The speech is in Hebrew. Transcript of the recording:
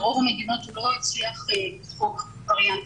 ברוב המדינות הוא לא הצליח כמו וריאנט